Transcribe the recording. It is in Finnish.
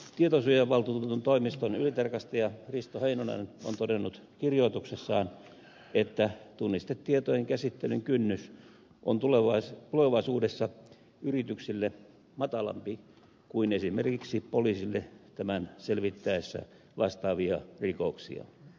tietosuojavaltuutetun toimiston ylitarkastaja risto heinonen on todennut kirjoituksessaan että tunnistetietojen käsittelyn kynnys on tulevaisuudessa yrityksille matalampi kuin esimerkiksi poliisille tämän selvittäessä vastaavia rikoksia